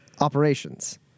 operations